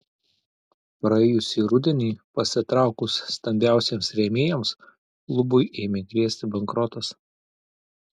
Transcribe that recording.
praėjusį rudenį pasitraukus stambiausiems rėmėjams klubui ėmė grėsti bankrotas